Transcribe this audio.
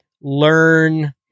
learn